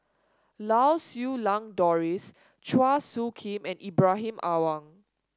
Lau Siew Lang Doris Chua Soo Khim and Ibrahim Awang